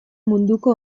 munduko